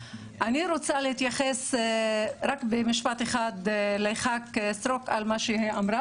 אני רוצה להתייחס רק במשפט אחד לח"כ סטרוק על מה שהיא אמרה